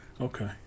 Okay